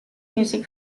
music